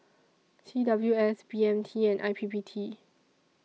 C W S B M T and I P P T